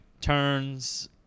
turns